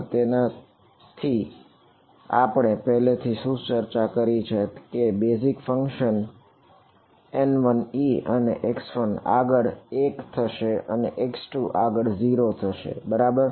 તેથી તેની સાથે આપણે પહેલેથી શું ચર્ચા કરી છે કે બેઝીઝ ફંક્શન N1e એ x1 આગળ 1 થશે અને x2 આગળ 0 થશે બરાબર